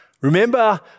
Remember